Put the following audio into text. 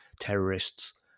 terrorists